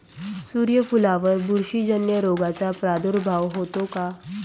सूर्यफुलावर बुरशीजन्य रोगाचा प्रादुर्भाव होतो का?